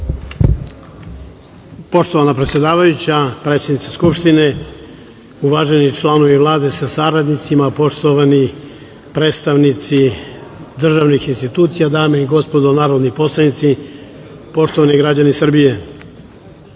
Poštovana predsedavajuća, predsednice Skupštine, uvaženi članovi Vlade sa saradnicima, poštovani predstavnici državnih institucija, dame i gospodo narodni poslanici, poštovani građani Srbije,